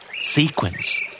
Sequence